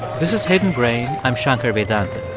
this is hidden brain. i'm shankar vedantam.